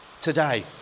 today